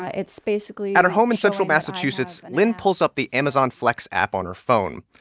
ah it's basically. at her home in central massachusetts, lynne pulls up the amazon flex app on her phone.